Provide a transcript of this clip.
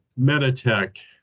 Meditech